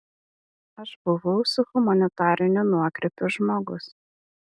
aš buvau su humanitariniu nuokrypiu žmogus